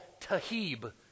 Tahib